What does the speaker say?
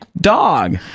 dog